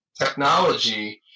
technology